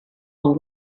all